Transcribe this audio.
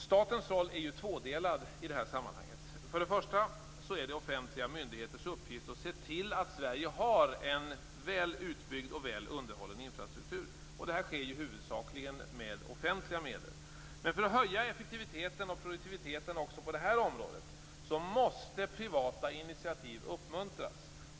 Statens roll är tvådelad i detta sammanhang. För det första är det offentliga myndigheters uppgift att se till att Sverige har en väl utbyggd och väl underhållen infrastruktur. Huvudsakligen sker detta med offentliga medel. För att höja effektiviteten och produktiviteten också på detta område måste privata initiativ uppmuntras.